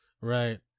Right